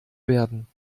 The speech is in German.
werden